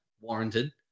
warranted